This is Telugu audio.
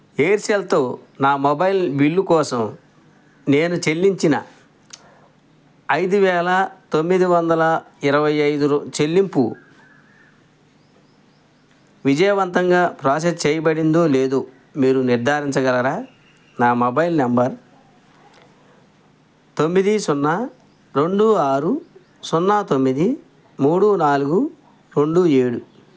ఎయిర్సెల్తో నా మొబైల్ బిల్లు కోసం నేను చెల్లించిన ఐదు వేల తొమ్మిది వందల ఇరవై ఐదు చెల్లింపు విజయవంతంగా ప్రోసెస్ చేయబడిందో లేదో మీరు నిర్ధారించగలరా నా మొబైల్ నెంబర్ తొమ్మిది సున్నా రెండు ఆరు సున్నా తొమ్మిది మూడు నాలుగు రెండు ఏడు